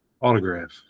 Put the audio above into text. autograph